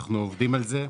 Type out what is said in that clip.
אנו עובדים על זה,